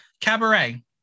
Cabaret